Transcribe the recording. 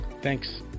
Thanks